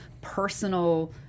personal